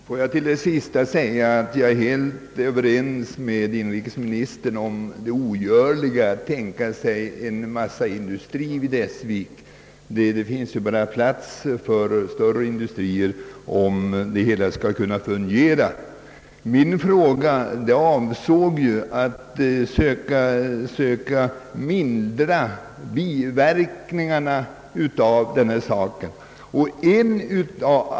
Herr talman! Jag är helt överens med inrikesministern om att man inte kan tänka sig en mängd industrier i Essvik. Det finns ju bara plats för större industrier om det hela skall kunna fungera. Min fråga avsåg ju att man skulle söka mildra biverkningarna av denna nedläggning.